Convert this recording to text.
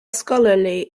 scholarly